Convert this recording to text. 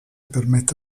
permette